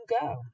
Go